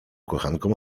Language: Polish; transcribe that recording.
kochankom